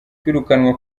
kwirukanwa